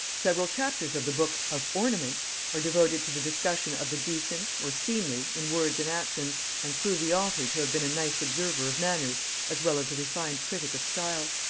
several chapters of the book of ornament are devoted to the discussion of the decent, or seemly, in words and actions, and prove the author to have been a nice observer of manners as well as a refined critic of style.